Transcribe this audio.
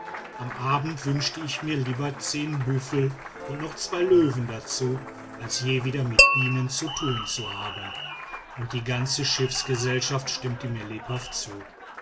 am abend wünschte ich mir lieber zehn büffel und noch zwei löwen dazu als je wieder mit bienen zu tun zu haben und die ganze schiffsgesellschaft stimmte mir lebhaft zu